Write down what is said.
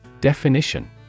Definition